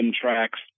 tracks